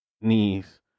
knees